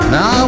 Now